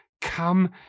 come